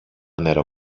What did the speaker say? νερό